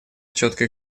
четкой